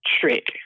trick